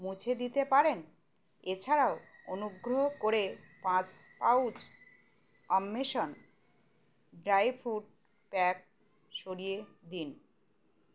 মুছে দিতে পারেন এছাড়াও অনুগ্রহ করে পাঁচ পাউচ অমবেষন ড্রাইফ্রুট প্যাক সরিয়ে দিন